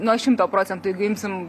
nuo šimto procentų jeigu imsim